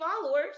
followers